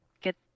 get